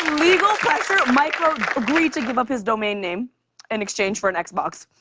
legal pressure, mike rowe agreed to give up his domain name in exchange for an xbox.